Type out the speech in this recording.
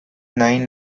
nine